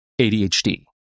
adhd